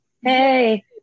Hey